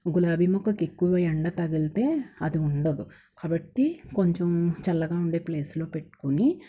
గులాబీ మొక్కకు ఎక్కువ ఎండ తగిలితే అది ఉండదు కాబట్టి కొంచెం చల్లగా ఉండే ప్లేస్లో పెట్టుకొని